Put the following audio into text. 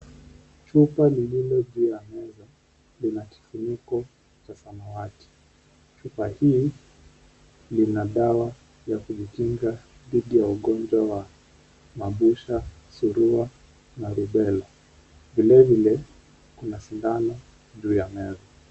Chupa lililo juu ya meza lina kifuniko cha samawati, chupa hii ina dawa ya kujikinga dhidi ya ugonjwa wa mabusha ,surua na rubela , vilevile kuna sindano juu ya meza.